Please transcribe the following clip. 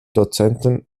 dozenten